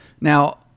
Now